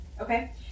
Okay